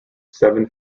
seven